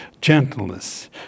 gentleness